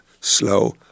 slow